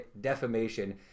defamation